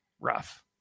rough